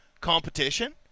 competition